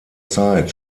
zeit